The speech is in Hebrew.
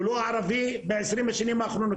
הוא לא ערבי בעשרים השנה האחרונות,